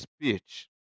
speech